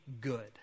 good